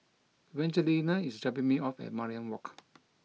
Evangelina is dropping me off at Mariam Walk